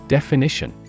Definition